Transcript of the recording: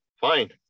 Fine